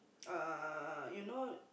err you know